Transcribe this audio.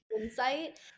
insight